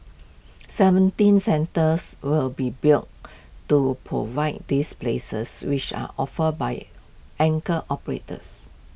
seventeen centres will be built to provide these places which are offered by anchor operators